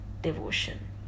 devotion